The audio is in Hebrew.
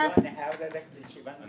--- אני חייב ללכת לישיבה נוספת.